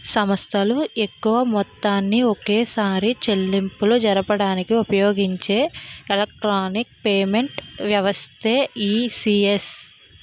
సంస్థలు ఎక్కువ మొత్తాన్ని ఒకేసారి చెల్లింపులు జరపడానికి ఉపయోగించే ఎలక్ట్రానిక్ పేమెంట్ వ్యవస్థే ఈ.సి.ఎస్